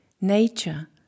nature